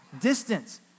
distance